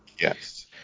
Yes